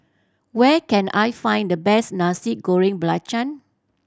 where can I find the best Nasi Goreng Belacan